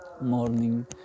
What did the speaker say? morning